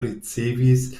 ricevis